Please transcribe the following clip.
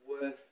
worth